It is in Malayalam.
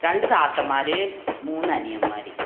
രണ്ടു താത്തമാർ മൂന്ന് അനിയന്മാർ